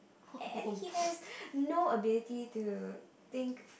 and he has no ability to think